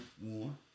one